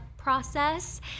process